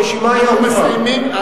הרשימה היא ארוכה.